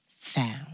found